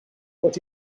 what